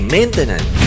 Maintenance